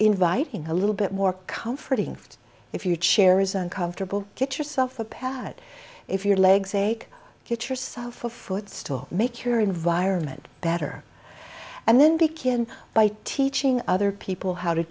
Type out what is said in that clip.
inviting a little bit more comforting if your chair is uncomfortable get yourself a pad if your legs ache get yourself a foot stool make your environment better and then begin by teaching other people how to